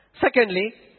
Secondly